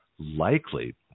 likely